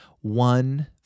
one